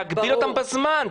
להגביל אותם בזמן,